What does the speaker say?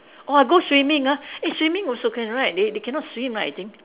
!wah! go swimming ah eh swimming also can right they they cannot swim right I think